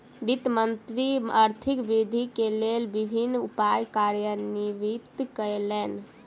वित्त मंत्री आर्थिक वृद्धि के लेल विभिन्न उपाय कार्यान्वित कयलैन